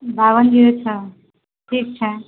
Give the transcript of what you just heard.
बाबन जीरो छओ ठीक छै